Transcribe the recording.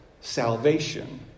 salvation